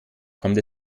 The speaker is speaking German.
kommt